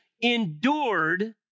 endured